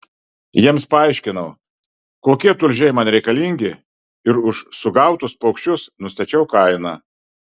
jiems paaiškinau kokie tulžiai man reikalingi ir už sugautus paukščius nustačiau kainą